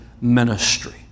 ministry